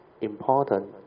important